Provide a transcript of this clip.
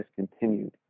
discontinued